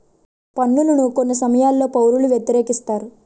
పన్నులను కొన్ని సమయాల్లో పౌరులు వ్యతిరేకిస్తారు